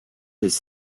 his